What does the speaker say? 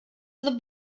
the